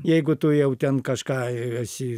jeigu tu jau ten kažką esi